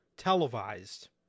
televised